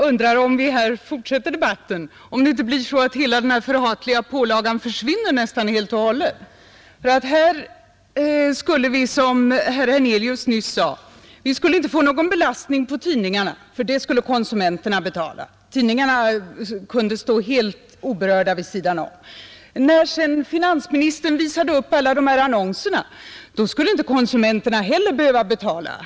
Herr talman! Jag undrar om inte hela denna förhatliga pålaga försvinner nästan helt och hållet, om vi här fortsätter debatten. Här skulle vi nämligen, som herr Hernelius nyss sade, inte få någon belastning på tidningarna för det skulle konsumenterna betala, Tidningarna kunde stå helt oberörda vid sidan om. Sedan visade finansministern upp alla dessa annonser för vilka konsumenterna inte heller skulle behöva betala.